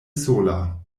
sola